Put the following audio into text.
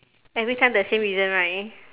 every time the same reason right